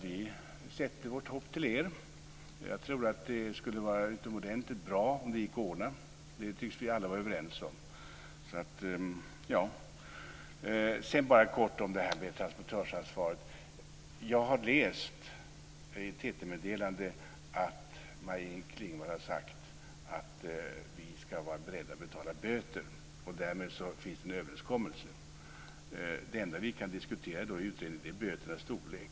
Vi sätter vårt hopp till er. Jag tror att det skulle vara utomordentligt bra om det gick att ordna. Det tycks vi alla vara överens om. Sedan ska jag bara säga något kort om detta med transportörsansvaret. Jag har läst i ett TT-meddelande att Maj-Inger Klingvall har sagt att vi ska vara beredda att betala böter. Därmed finns det en överenskommelse. Det enda som vi då kan diskutera i utredningen är böternas storlek.